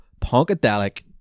punkadelic